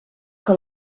que